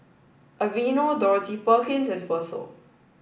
Aveeno Dorothy Perkins and Fossil